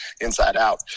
inside-out